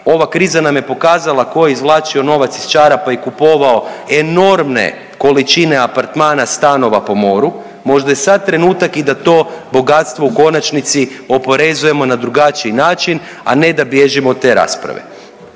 ova kriza nam je pokazala ko je izvlačio novac iz čarapa i kupovao enormne količine apartmana, stanova po moru. Možda je sad trenutak i da to bogatstvo u konačnici oporezujemo na drugačiji način, a ne da bježimo od te rasprave.